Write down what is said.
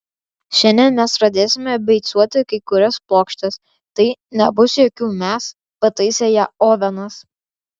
šiandien mes pradėsime beicuoti kai kurias plokštes tai nebus jokių mes pataisė ją ovenas